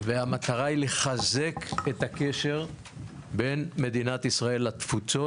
והמטרה היא לחזק את הקשר בין מדינת ישראל לתפוצות.